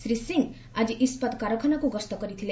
ଶ୍ରୀ ସିଂ ଆଜି ଇସ୍କାତ କାରଖାନାକୁ ଗସ୍ତ କରିଥିଲେ